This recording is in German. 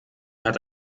hat